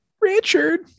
Richard